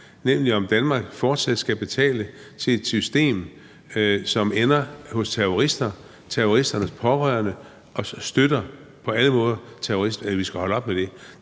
nemlig om Danmark fortsat skal betale til et system, hvor pengene ender hos terrorister og terroristernes pårørende, og som på alle måder støtter